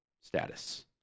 status